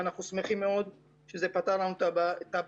ואנחנו שמחים מאוד שזה פתר לנו את הבעיה.